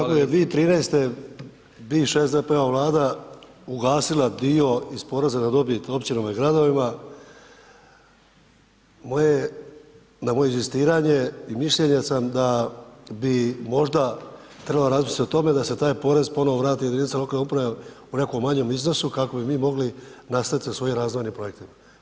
Kako je 2013. bivša SDP-ova Vlada ugasila dio iz poreza na dobit općinama i gradovima na moje inzistiranje i mišljenja sam da bi možda trebalo razmisliti o tome da se taj porez ponovno vrati jedinicama lokalne samouprave u nekom manjem iznosu kako bi mi mogli nastaviti sa svojim razvojnim projektima.